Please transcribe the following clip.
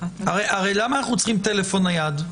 הרי למה אנחנו צריכים טלפון נייד?